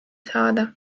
saada